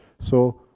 so,